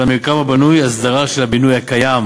המרקם הבנוי והסדרה של הבינוי הקיים,